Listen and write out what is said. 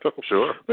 Sure